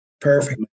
Perfect